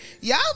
Y'all